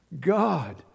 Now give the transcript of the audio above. God